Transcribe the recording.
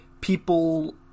people